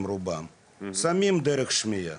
סמים דרך שמיעה.